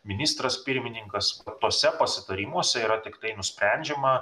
ministras pirmininkas tuose pasitarimuose yra tik tai nusprendžiama